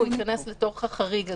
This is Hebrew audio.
הוא ייכנס לחריג הזה.